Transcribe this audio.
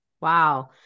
Wow